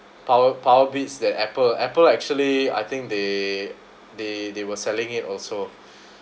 power power beats that Apple Apple actually I think they they they were selling it also